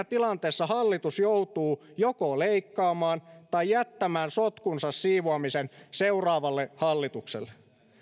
tilanteessa hallitus joutuu joko leikkaamaan tai jättämään sotkunsa siivoamisen seuraavalle hallitukselle